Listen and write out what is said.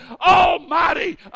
almighty